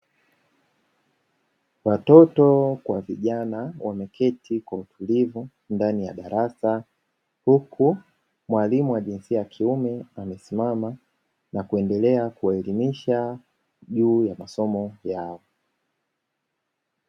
Watoto kwa vijana wameketi kwa utulivu ndani ya darasa, huku mwalimu wa jinsia ya kiume amesimama na kuendelea kuwaelimisha juu ya masomo yao.